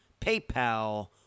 PayPal